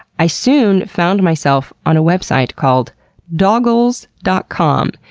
i soon found myself on a website called doggles dot com,